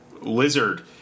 lizard